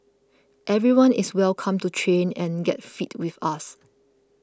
everyone is welcome to train and get fit with us